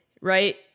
right